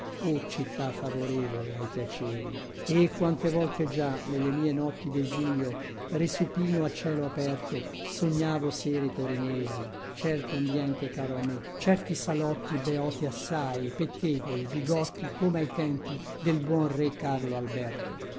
o città favorevole ai piaceri e quante volte già nelle mie notti desilio resupino a cielo aperto sognavo sere torinesi certo ambiente caro a me certi salotti beoti assai pettegoli bigotti come ai tempi del buon re carlo alberto